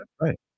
right